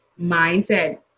mindset